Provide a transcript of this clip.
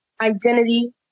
identity